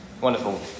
Wonderful